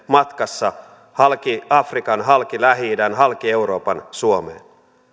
matkassa halki afrikan halki lähi idän halki euroopan suomeen